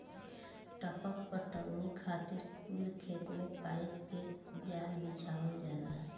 टपक पटौनी खातिर कुल खेत मे पाइप के जाल बिछावल जाला